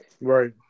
Right